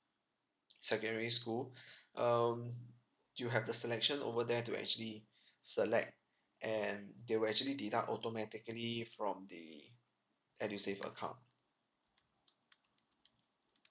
secondary school um you have the selection over there to actually select and they will actually deduct automatically from the edusave account